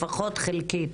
לפחות חלקית.